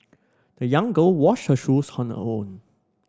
the young girl washed her shoes on her own